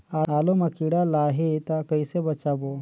आलू मां कीड़ा लाही ता कइसे बचाबो?